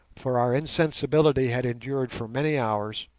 for our insensibility had endured for many hours,